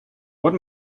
what